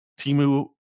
Timu